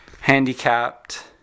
handicapped